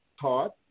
taught